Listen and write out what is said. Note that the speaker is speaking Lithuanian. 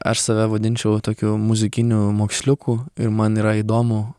aš save vadinčiau tokiu muzikiniu moksliuku ir man yra įdomu